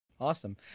Awesome